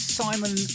simon